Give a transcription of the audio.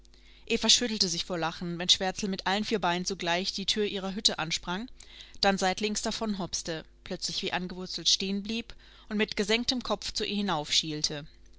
entgegenbellte eva schüttelte sich vor lachen wenn schwärzel mit allen vier beinen zugleich die tür ihrer hütte ansprang dann seitlings davonhopste plötzlich wie angewurzelt stehenblieb und mit gesenktem kopf zu ihr